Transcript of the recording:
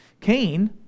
Cain